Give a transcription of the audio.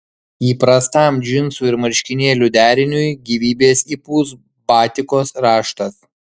įprastam džinsų ir marškinėlių deriniui gyvybės įpūs batikos raštas